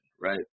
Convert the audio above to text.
right